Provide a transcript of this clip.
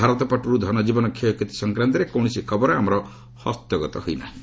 ଭାରତ ପଟର୍ ଧନଜୀବନ କ୍ଷୟକ୍ଷତି ସଂକ୍ରାନ୍ତରେ କୌଣସି ଖବର ଆମର ହସ୍ତଗତ ହୋଇ ନାହିଁ